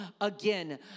again